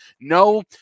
No